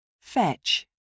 Fetch